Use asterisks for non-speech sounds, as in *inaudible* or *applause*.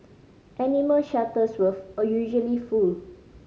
animal shelters *unintelligible* usually full